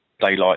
daylight